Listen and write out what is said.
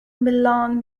milan